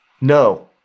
no